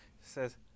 says